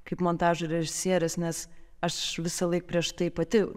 kaip montažo režisierės nes aš visąlaik prieš tai pati